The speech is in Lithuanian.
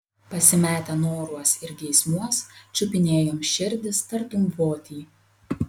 pasimetę noruos ir geismuos čiupinėjom širdis tartum votį